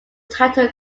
title